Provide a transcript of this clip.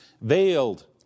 Veiled